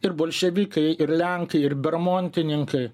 ir bolševikai ir lenkai ir bermontininkai